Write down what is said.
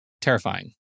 terrifying